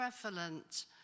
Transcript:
prevalent